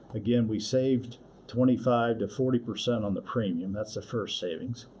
again, we saved twenty five to forty percent on the premium. that's the first savings.